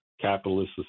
capitalist